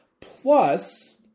Plus